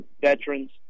veterans